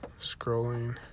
scrolling